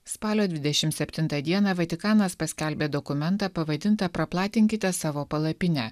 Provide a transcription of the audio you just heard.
spalio dvidešimt septintą dieną vatikanas paskelbė dokumentą pavadintą praplatinkite savo palapinę